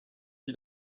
ils